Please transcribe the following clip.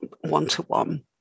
one-to-one